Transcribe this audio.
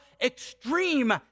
extreme